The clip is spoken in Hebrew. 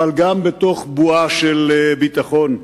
אבל גם בתוך בועה של ביטחון.